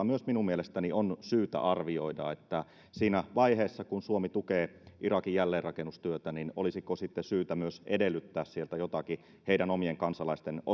myös minun mielestäni on syytä arvioida olisiko siinä vaiheessa kun suomi tukee irakin jälleenrakennustyötä sitten syytä myös edellyttää sieltä jotakin heidän omien kansalaistensa